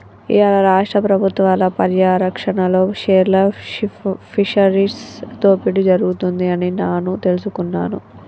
ఇయ్యాల రాష్ట్ర పబుత్వాల పర్యారక్షణలో పేర్ల్ ఫిషరీస్ దోపిడి జరుగుతుంది అని నాను తెలుసుకున్నాను